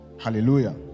Hallelujah